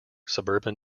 suburban